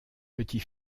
petit